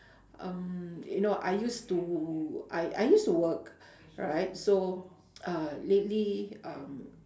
um you know I used to I I used to work right so uh lately um